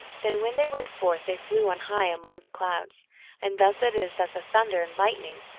then when they went forth they flew on high, among the clouds and thus it is that the thunder and lightning,